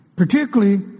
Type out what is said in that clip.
Particularly